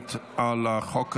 שמית על החוק הזה.